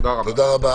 תודה רבה.